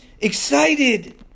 excited